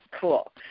cool